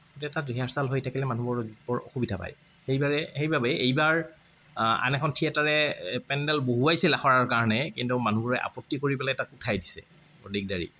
এতিয়া তাত ৰিহাৰচাল হৈ থাকিলে মানুহবোৰো বৰ অসুবিধা পায় সেইবাবে এইবাৰ আন এখন থিয়েটাৰে পেণ্ডেল বহুৱাইছিল আখৰাৰ কাৰণে কিন্তু মানুহবোৰে আপত্তি কৰি পেলাই তাক উঠাই দিছে বৰ দিগদাৰি